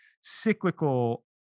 cyclical